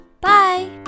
Bye